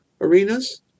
arenas